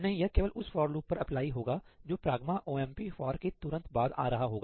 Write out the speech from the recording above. नहीं यह केवल उस फॉर लूप पर अप्लाई होगा जो ' pragma omp for' के तुरंत बाद आ रहा होगा